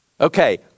Okay